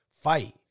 fight